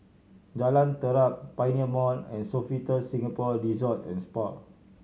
Jalan Terap Pioneer Mall and Sofitel Singapore Resort and Spa